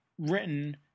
written